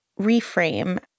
reframe